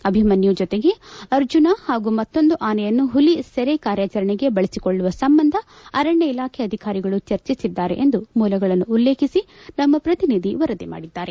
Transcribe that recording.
ಅಭಿಮನ್ನು ಜೊತೆಗೆ ಅರ್ಜುನ ಹಾಗೂ ಮತ್ತೊಂದು ಆನೆಯನ್ನು ಹುಲಿ ಸೆರೆ ಕಾರ್ಯಾಚರಣೆಗೆ ಬಳಸಿಕೊಳ್ಳುವ ಸಂಬಂಧ ಅರಣ್ಯ ಇಲಾಖೆ ಅಧಿಕಾರಿಗಳು ಚರ್ಚಿಸಿದ್ದಾರೆ ಎಂದು ಮೂಲಗಳನ್ನು ಉಲ್ಲೇಖಿಸಿ ನಮ್ಮ ಪ್ರತಿನಿಧಿ ವರದಿ ಮಾಡಿದ್ದಾರೆ